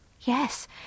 Yes